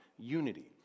unity